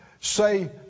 say